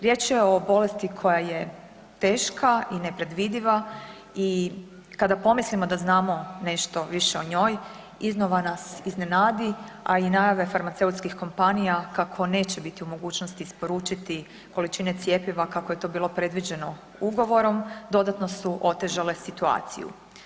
Riječ je o bolesti koja je teška i nepredvidiva i kada pomislimo da znamo nešto više o njoj iznenada nas iznenadi, a i najave farmaceutskih kompanija kako neće biti u mogućnosti isporučiti količine cjepiva kako je to bilo predviđeno ugovorom dodatno su otežale situaciju.